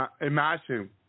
Imagine